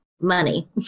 money